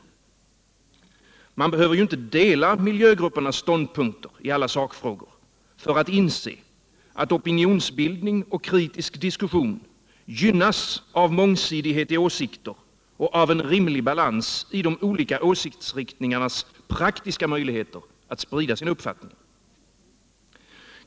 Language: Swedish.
Men man behöver inte dela miljögruppernas ståndpunkter i alla sakfrågor för att inse, att opinionsbildning och kritisk diskussion gynnas av mångsidighet i åsikter och en rimlig balans i de olika åsiktsriktningarnas praktiska möjligheter att sprida sina uppfattningar.